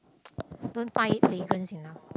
don't find it fragrance enough